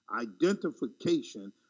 Identification